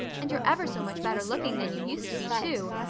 and you're ever so much better looking than you used to be, too.